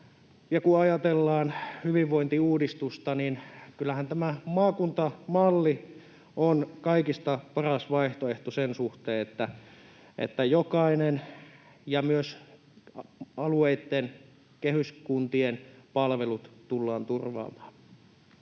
Kun ajatellaan hyvinvointiuudistusta, niin kyllähän tämä maakuntamalli on kaikista paras vaihtoehto sen suhteen, että myös alueitten kehyskuntien palvelut tullaan turvaamaan.